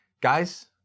Guys